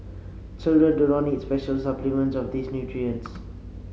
children do not need special supplements of these nutrients